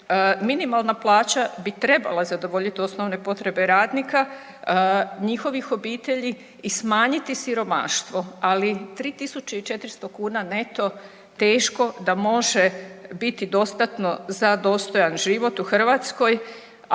minimalna plaća bi trebala zadovoljiti osnovne potrebe radnika, njihovih obitelji i smanjiti siromaštvo. Ali 3.400 neto teško da može biti dostatno za dostojan život u Hrvatskoj,